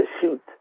shoot